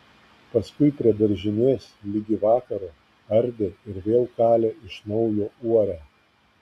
paskui prie daržinės ligi vakaro ardė ir vėl kalė iš naujo uorę